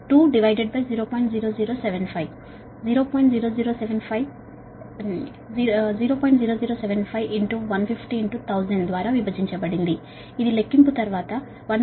0075 150 1000 ద్వారా విభజించబడింది ఇది గణించిన తర్వాత 1